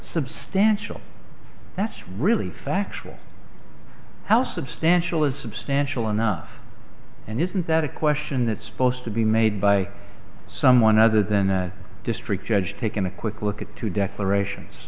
substantial that's really factual how substantial is substantial enough and isn't that a question that supposed to be made by someone other than a district judge taken a quick look at two declarations